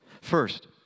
First